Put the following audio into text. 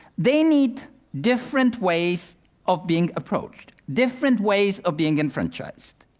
they need different ways of being approached, different ways of being enfranchised,